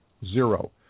zero